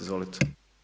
Izvolite.